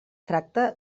tracta